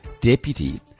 deputy